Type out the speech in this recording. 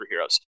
superheroes